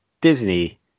Disney